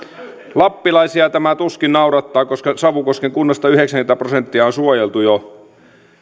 lappilaisia tämä tuskin naurattaa koska savukosken kunnasta yhdeksänkymmentä prosenttia on suojeltu jo